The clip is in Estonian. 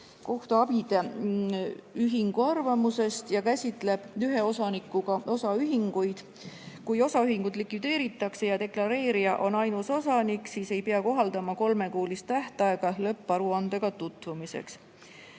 Kohtunikuabide Ühingu arvamusest ja käsitleb ühe osanikuga osaühinguid. Kui osaühingud likvideeritakse ja deklareerija on ainus osanik, siis ei pea kohaldama kolmekuulist tähtaega lõpparuandega tutvumiseks.